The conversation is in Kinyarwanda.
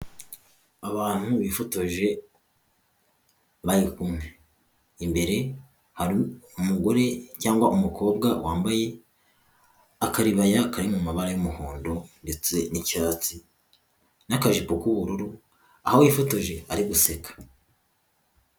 Abantu bifotoje bari kumwe, imbere hari umugore cyangwa umukobwa wambaye akaribaya kari mu mabara y'umuhondo ndetse n'icyatsi n'akajipo k'ubururu aho yifotoje ari guseka.